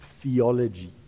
theology